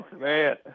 man